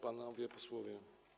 Panowie Posłowie!